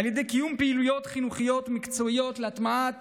על ידי קיום פעילויות חינוכיות ומקצועיות להטמעת